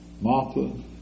Martha